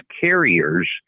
carriers